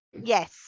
Yes